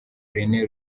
rené